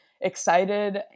excited